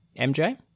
MJ